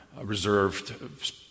reserved